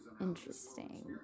interesting